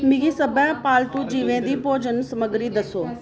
मिगी सब्भै पालतू जीवें दी भोजन समग्गरी दस्सो